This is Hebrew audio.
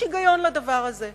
וזאת מסיבה פשוטה.